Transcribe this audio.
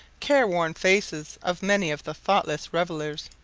careworn faces of many of the thoughtless revellers.